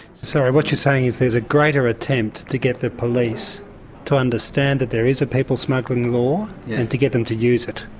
so what you're saying is there's a greater attempt to get the police to understand that there is a people smuggling law and to get them to use it.